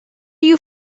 you